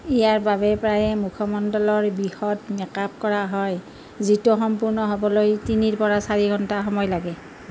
ইয়াৰ বাবে প্ৰায়ে মুখমণ্ডলৰ বিশদ মেক আপ কৰা হয় যিটো সম্পূৰ্ণ হ'বলৈ তিনিৰ পৰা চাৰি ঘণ্টা সময় লাগে